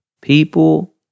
People